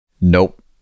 Nope